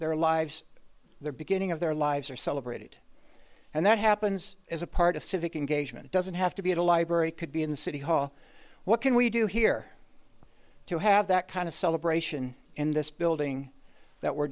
their lives the beginning of their lives are celebrated and that happens as a part of civic engagement doesn't have to be at a library could be in city hall what can we do here to have that kind of celebration in this building that we're